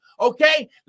okay